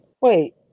wait